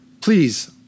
please